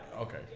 Okay